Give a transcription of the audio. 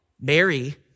Mary